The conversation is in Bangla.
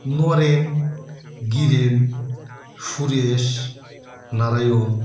নরেন গিরেন সুরেশ নারায়ণ